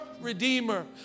redeemer